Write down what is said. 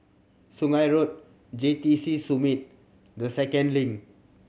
Sungei Road J T C Summit The Second Link